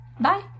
Bye